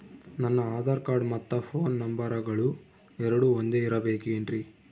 ನನ್ನ ಆಧಾರ್ ಕಾರ್ಡ್ ಮತ್ತ ಪೋನ್ ನಂಬರಗಳು ಎರಡು ಒಂದೆ ಇರಬೇಕಿನ್ರಿ?